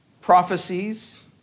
prophecies